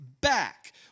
back